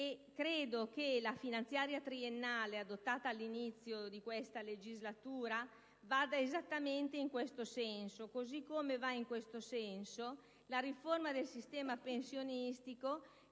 Credo che la finanziaria triennale adottata all'inizio di questa legislatura vada esattamente in questo senso, così come va in questo senso la riforma del sistema pensionistico,